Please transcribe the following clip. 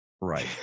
Right